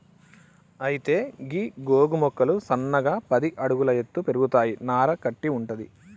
అయితే గీ గోగు మొక్కలు సన్నగా పది అడుగుల ఎత్తు పెరుగుతాయి నార కట్టి వుంటది